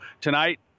tonight